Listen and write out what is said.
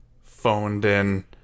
phoned-in